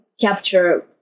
capture